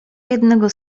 jednego